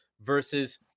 versus